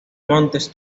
montes